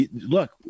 look